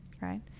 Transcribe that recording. Right